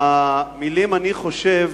המלים "אני חושב"